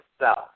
South